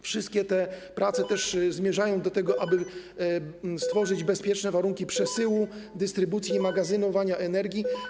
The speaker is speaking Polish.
Wszystkie te prace zmierzają też do tego, aby stworzyć bezpieczne warunki przesyłu, dystrybucji i magazynowania energii.